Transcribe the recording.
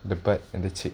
the butt and the cheek